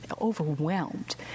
overwhelmed